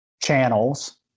channels